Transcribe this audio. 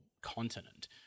continent